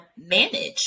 manage